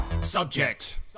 subject